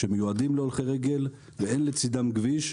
שמיועדים להולכי רגל ואין לצידם כביש.